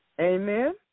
Amen